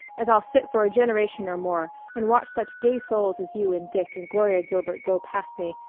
as i'll sit for a generation or more and watch such gay souls as you and dick and gloria gilbert go past me,